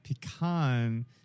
Pecan